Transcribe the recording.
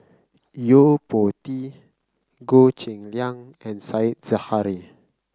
Yo Po Tee Goh Cheng Liang and Said Zahari